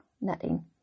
knitting